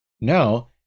Now